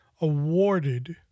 awarded